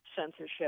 censorship